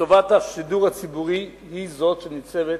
טובת השידור הציבורי היא זאת שניצבת